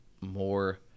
more